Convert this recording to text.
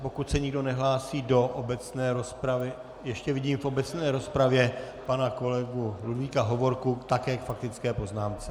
Pokud se nikdo nehlásí do obecné rozpravy ještě vidím v obecné rozpravě pana kolegu Ludvíka Hovorku také k faktické poznámce.